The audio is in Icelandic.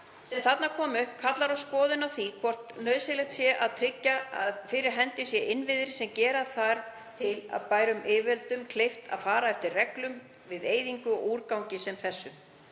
þarna kom upp kallar á skoðun á því hvort nauðsynlegt sé að tryggja að fyrir hendi séu innviðir sem gera þar til bærum yfirvöldum kleift að fara eftir reglum við eyðingu á úrgangi sem þessum.